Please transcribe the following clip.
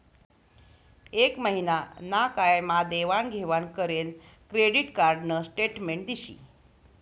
एक महिना ना काय मा देवाण घेवाण करेल क्रेडिट कार्ड न स्टेटमेंट दिशी